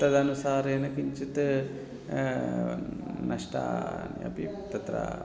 तदनुसारेण किञ्चित् नष्टानि अपि तत्र भवन्ति